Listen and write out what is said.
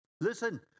Listen